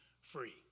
free